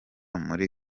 muri